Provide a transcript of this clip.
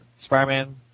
Spider-Man